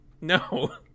No